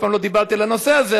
אף פעם לא דיברתי על הנושא הזה,